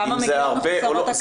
כמה מגיעות מחוסרות הכרה?